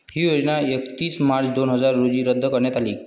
ही योजना एकतीस मार्च दोन हजार रोजी रद्द करण्यात आली